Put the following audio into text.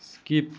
skip